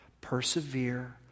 Persevere